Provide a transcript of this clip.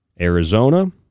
Arizona